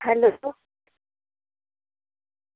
hello